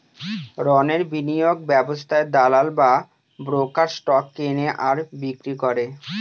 রণের বিনিয়োগ ব্যবস্থায় দালাল বা ব্রোকার স্টক কেনে আর বিক্রি করে